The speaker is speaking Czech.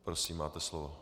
Prosím, máte slovo.